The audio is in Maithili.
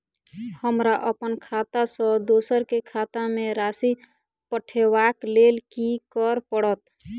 हमरा अप्पन खाता सँ दोसर केँ खाता मे राशि पठेवाक लेल की करऽ पड़त?